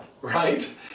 right